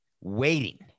waiting